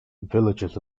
villages